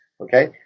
Okay